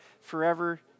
forever